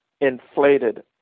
inflated